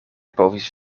povis